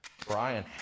Brian